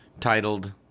titled